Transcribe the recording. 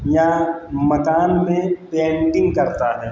या मकान में पेंटिंग करता है